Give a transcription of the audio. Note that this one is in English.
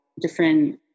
different